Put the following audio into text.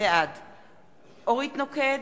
בעד אורית נוקד,